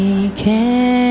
you can